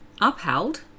upheld